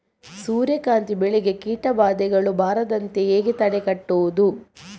ಸೂರ್ಯಕಾಂತಿ ಬೆಳೆಗೆ ಕೀಟಬಾಧೆಗಳು ಬಾರದಂತೆ ಹೇಗೆ ತಡೆಗಟ್ಟುವುದು?